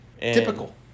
Typical